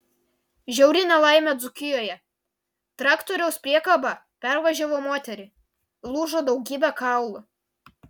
žiauri nelaimė dzūkijoje traktoriaus priekaba pervažiavo moterį lūžo daugybė kaulų